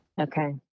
okay